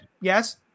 Yes